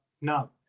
no